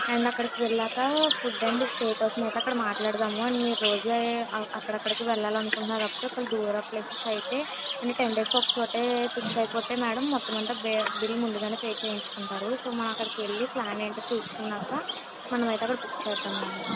and అక్కడికి వెళ్ళాక food and stay కోసమైతే అక్కడ మాట్లాడుదాము అండ్ మీరు రోజు అక్కడక్కడికి వెళ్ళాలి అనుకుంటున్నారు కాబట్టి ఒకవేళ దూరపు ప్లేసెస్ అయితే ఓన్లీ టెన్ డేస్కి ఒక చోటే ఫిక్స్ అయిపోతే మేడం మొత్తం అంతా బెల్ బిల్ ముందుగానే పే చేయించుకుంటారు సో మనం అక్కడికి వెళ్ళి ప్లాన్ ఏంటో చూసుకున్నాక మనమైతే అక్కడ బుక్ చేద్దాం మేడం